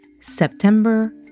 September